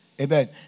Amen